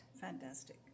Fantastic